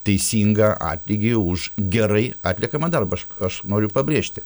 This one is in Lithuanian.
teisingą atlygį už gerai atliekamą darbą aš aš noriu pabrėžti